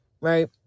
right